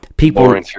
People